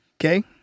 Okay